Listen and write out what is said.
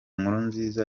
nkurunziza